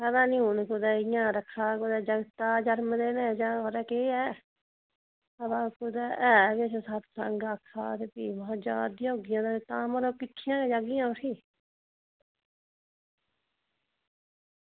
पता निं हून कुदै इंया रक्खे दा जागत् दा जरमदिन ऐ जां पता निं खरे केह् ऐ ते ऐ कुदै सत्संग आक्खा दे भी में हा जा दियां होङन तां में हां किट्ठियां जाह्गियां भी